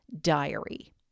Diary